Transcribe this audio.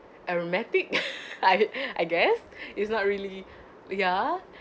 aromatic I I guess it's not really ya